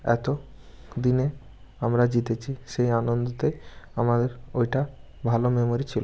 এত দিনে আমরা জিতেছি সেই আনন্দেতে আমাদের ওইটা ভালো মেমোরি ছিল